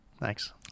Thanks